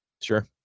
Sure